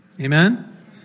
Amen